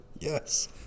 Yes